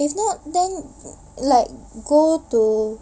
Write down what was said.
if not then like go to